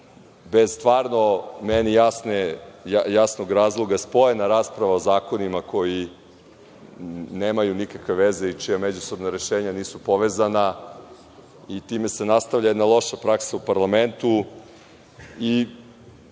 bez stvarno jasnog razloga spojena rasprava o zakonima koji nemaju nikakve veze i čija međusobna rešenja nisu povezana. Time se nastavlja jedna loša praksa u parlamentu.I